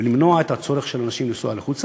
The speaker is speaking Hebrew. ולמנוע את הצורך של אנשים לנסוע לחוץ-לארץ.